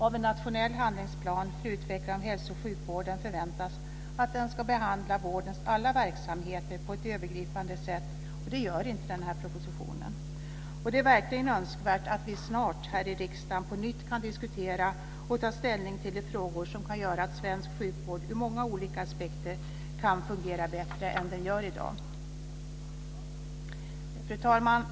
Av en nationell handlingsplan för utveckling av hälso och sjukvården förväntas att den ska behandla vårdens alla verksamheter på ett övergripande sätt, och det gör inte den här propositionen. Det är verkligen önskvärt att vi snart här i riksdagen på nytt kan diskutera och ta ställning till de frågor som kan göra att svensk sjukvård ur många olika aspekter kan fungera bättre än i dag. Fru talman!